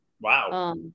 Wow